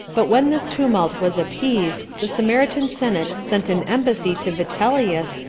but when this tumult was appeased, the samaritan senate sent an embassy to vitellius,